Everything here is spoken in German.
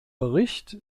bericht